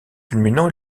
culminant